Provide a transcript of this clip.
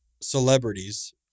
celebrities